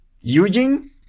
using